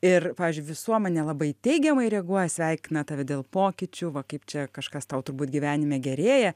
ir pavyzdžiui visuomenė labai teigiamai reaguoja sveikina tave dėl pokyčių va kaip čia kažkas tau turbūt gyvenime gerėja